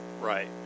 right